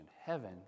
Heaven